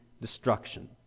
destruction